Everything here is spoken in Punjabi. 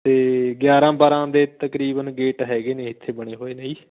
ਅਤੇ ਗਿਆਰਾਂ ਬਾਰਾਂ ਦੇ ਤਕਰੀਬਨ ਗੇਟ ਹੈਗੇ ਨੇ ਇੱਥੇ ਬਣੇ ਹੋਏ ਨੇ ਜੀ